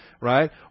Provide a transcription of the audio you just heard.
right